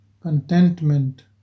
contentment